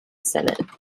senate